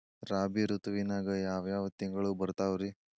ರಾಬಿ ಋತುವಿನಾಗ ಯಾವ್ ಯಾವ್ ತಿಂಗಳು ಬರ್ತಾವ್ ರೇ?